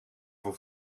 voor